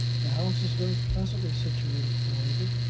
the house is very pleasantly situated, however,